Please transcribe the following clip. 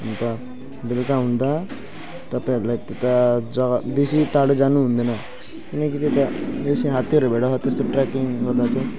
बेलुका हुँदा तपाईँहरूलाई त्यता जग्गा बेसी टाढो जानुहुँदैन किनकि त्यता बेसी हात्तीहरू भेटाउँछ त्यस्तो ट्रेकिङ गर्दा चाहिँ